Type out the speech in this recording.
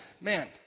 man